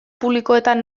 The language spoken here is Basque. publikoetan